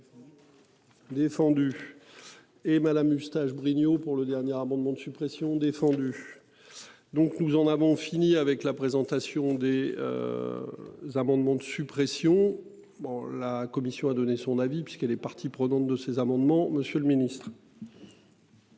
Défendu. Et Madame Hustache Brugnaut pour le dernier amendement de suppression défendu. Donc nous en avons fini avec la présentation des. Amendements de suppression. Bon, la commission a donné son avis, puisqu'elle est partie prenante de ces amendements. Monsieur le Ministre.